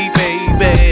baby